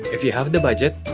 if you have the budget